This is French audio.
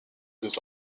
deux